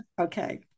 Okay